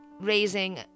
raising